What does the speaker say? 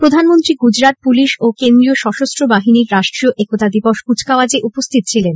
প্রধানমন্ত্রী গুজরাট পুলিশ ও কেন্দ্রীয় সশস্ত্র বাহিনীর রাষ্ট্রীয় একতা দিবস কুচকাওয়াজে উপস্হিত ছিলেন